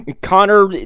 Connor